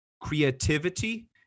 creativity